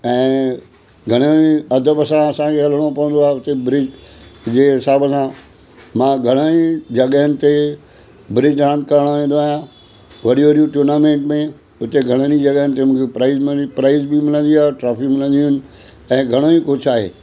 ऐं घणोई अदब सां असांखे हलिणो पवंदो आहे उते ब्रिज जे हिसाब सां मां घणाई जॻहियुनि ते ब्रिज रांदि करणु वेंदो आहियां वॾियूं वॾियूं टुर्नामेंट में हिते घणनि ई जॻहियुनि ते मूंखे प्राइज मनी प्राइज बि मिलंदी आहे ट्रॉफी मिलंदियूं आहिनि ऐं घणोई कुझु आहे